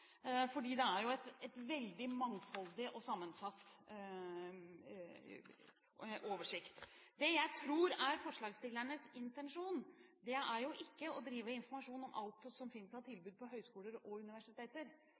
det er jo en veldig mangfoldig og sammensatt oversikt. Det jeg tror er forslagsstillernes intensjon, er ikke å drive informasjon om alt som fins av tilbud på høyskoler og universiteter,